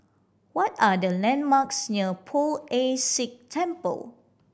what are the landmarks near Poh Ern Shih Temple